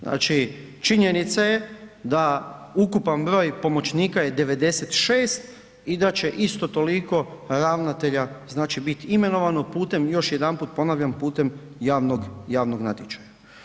Znači, činjenica je da ukupan broj pomoćnika je 96 i da će isto toliko ravnatelja znači biti imenovano putem, još jedanput ponavljam javnog natječaja.